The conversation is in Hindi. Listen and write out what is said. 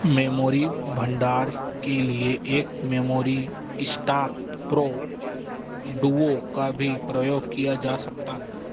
मेमोरी भंडार के लिए एक मेमोरी स्टाक प्रो डुओ का भी प्रयोग किया जा सकता है